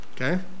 Okay